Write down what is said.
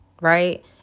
right